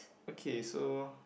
okay so